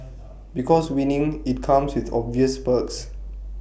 because winning IT comes with obvious perks